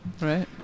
right